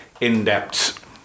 in-depth